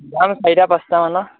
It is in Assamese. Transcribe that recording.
যাম চাৰিটা পাঁচটামানত